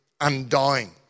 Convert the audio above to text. undying